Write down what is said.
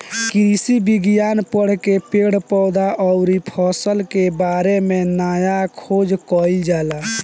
कृषि विज्ञान पढ़ के पेड़ पौधा अउरी फसल के बारे में नया खोज कईल जाला